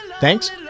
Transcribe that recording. Thanks